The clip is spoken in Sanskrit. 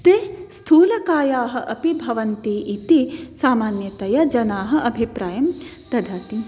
ते स्थूलकायाः अपि भवन्ति इति सामान्यतया जनाः अभिप्रायं ददाति